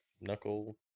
knuckle